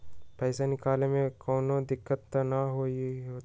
पईसा निकले में कउनो दिक़्क़त नानू न होताई?